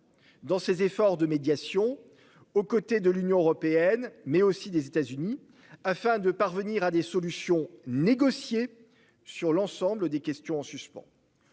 dans ses efforts de médiation aux côtés de l'Union européenne, mais aussi des États-Unis, afin de parvenir à des solutions négociées sur l'ensemble des questions en suspens.